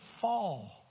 fall